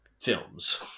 films